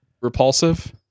repulsive